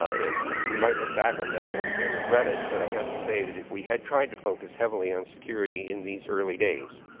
and we might look back on that and and regret it. but i have to say that if we had tried to focus heavily on security in these early days,